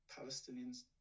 Palestinians